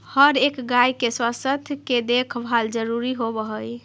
हर एक गाय के स्वास्थ्य के देखभाल जरूरी होब हई